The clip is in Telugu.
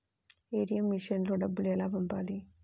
ఏ.టీ.ఎం మెషిన్లో డబ్బులు ఎలా పంపాలి?